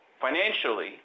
Financially